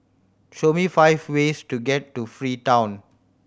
show me five ways to get to Freetown